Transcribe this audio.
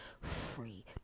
free